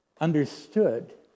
understood